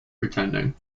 pretending